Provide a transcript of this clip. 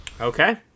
okay